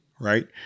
right